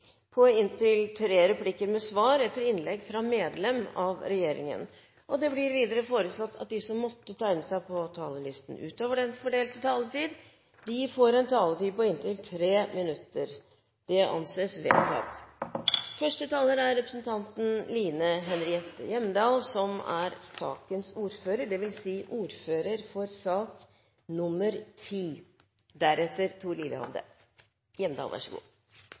på inntil tre replikker med svar etter innlegg fra medlem av regjeringen innenfor den fordelte taletid. Det blir videre foreslått at de som måtte tegne seg på talerlisten utover den fordelte taletid, får en taletid på inntil 3 minutter. – Det anses vedtatt. Gode, funksjonelle og moderne helsebygg er viktig for å kunne gi pasienter gode helsetilbud og gi ansatte gode arbeidsforhold. Kapasitetsutfordringer med korridorpasienter og kø til operasjonssalene er uheldig for